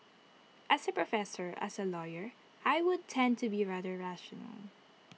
as A professor as A lawyer I would tend to be rather rational